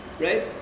right